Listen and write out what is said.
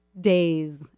days